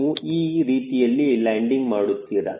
ನೀವು ಈ ರೀತಿಯಲ್ಲಿ ಲ್ಯಾಂಡಿಂಗ್ ಮಾಡುತ್ತೀರಾ